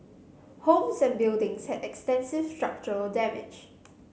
homes and buildings had extensive structural damage